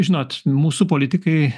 žinot mūsų politikai